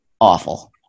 awful